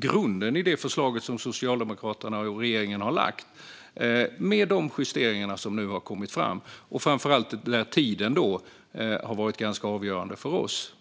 grunden i det förslag som Socialdemokraterna och regeringen har lagt fram - med de justeringar som nu har kommit fram. Där har framför allt tiden varit ganska avgörande för oss.